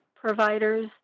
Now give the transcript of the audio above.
providers